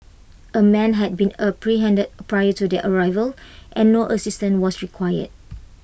A man had been apprehended prior to their arrival and no assistance was required